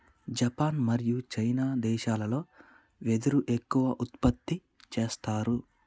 Japan మరియు China దేశాలల్లో వెదురు ఎక్కువ ఉత్పత్తి చేస్తారు